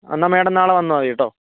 എന്നാൽ മാഡം നാളെ വന്നാൽമതി കേട്ടോ